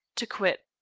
to quit.